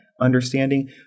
understanding